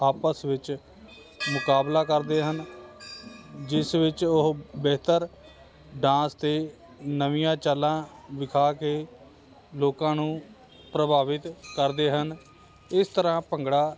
ਆਪਸ ਵਿੱਚ ਮੁਕਾਬਲਾ ਕਰਦੇ ਹਨ ਜਿਸ ਵਿੱਚ ਉਹ ਬਿਹਤਰ ਡਾਂਸ ਅਤੇ ਨਵੀਆਂ ਚਾਲਾਂ ਵਿਖਾ ਕੇ ਲੋਕਾਂ ਨੂੰ ਪ੍ਰਭਾਵਿਤ ਕਰਦੇ ਹਨ ਇਸ ਤਰ੍ਹਾਂ ਭੰਗੜਾ